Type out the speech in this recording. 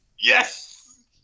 Yes